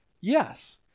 Yes